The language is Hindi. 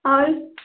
और